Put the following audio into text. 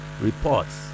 reports